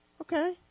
okay